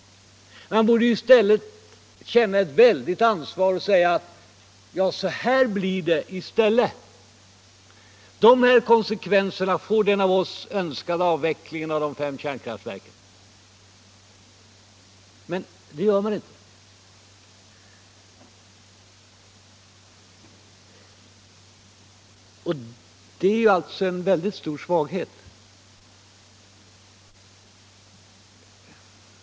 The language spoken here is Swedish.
Man borde känna ett stort ansvar och säga: Så här blir det i stället, de här konsekvenserna får den av oss önskade avvecklingen av de fem kärnkraftverken. Men det gör man inte, och det är enligt min mening en stor svaghet.